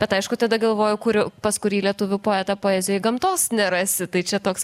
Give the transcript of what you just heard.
bet aišku tada galvojau kurių pas kurį lietuvių poetą poezijoj gamtos nerasi tai čia toks